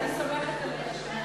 אני סומכת על מה שאמרת.